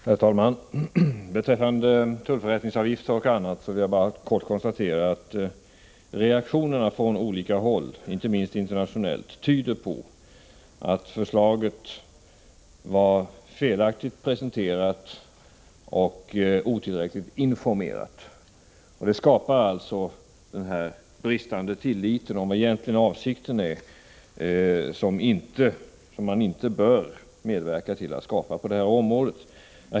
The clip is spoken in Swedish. Herr talman! Beträffande tullförrättningsavgiften och annat vill jag bara kort konstatera att reaktionerna från olika håll, inte minst internationellt, tyder på att förslaget var felaktigt presenterat och informationen otillräcklig. Det skapar osäkerhet om vilken avsikten egentligen är, något som man inte bör medverka till att skapa på detta område.